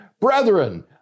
Brethren